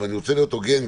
אבל אני רוצה להיות הוגן,